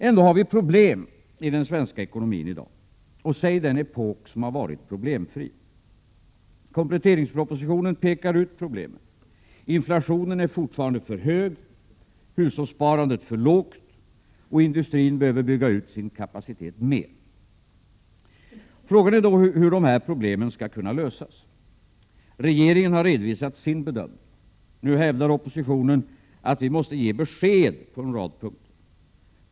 Ändå har vi problem i den svenska ekonomin i dag, och säg den epok som varit problemfri. Kompletteringspropositionen pekar ut problemen. Inflationen är fortfarande för hög, hushållssparandet för lågt och industrin behöver bygga ut sin kapacitet mer. Frågan är då hur dessa problem skall kunna lösas. Regeringen har redovisat sin bedömning. Nu hävdar oppositionen att vi måste ”ge besked” på en rad punkter.